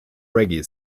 reggae